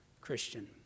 Christian